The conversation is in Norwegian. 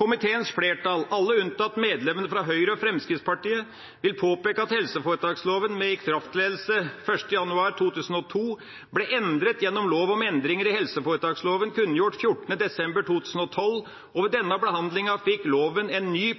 Komiteens flertall – alle unntatt medlemmene fra Høyre og Fremskrittspartiet – vil påpeke at helseforetaksloven med ikrafttredelse 1. januar 2002 ble endret gjennom lov om endringer i helseforetaksloven kunngjort 14. desember 2012, og ved denne behandlinga fikk loven en ny